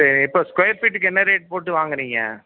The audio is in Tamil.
சரி இப்போ ஸ்கொயர் ஃபீட்டுக்கு என்ன ரேட் போட்டு வாங்குறீங்க